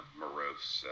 morose